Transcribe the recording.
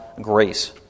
grace